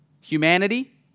Humanity